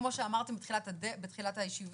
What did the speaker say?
כמו שאמרתם בתחילת הישיבה,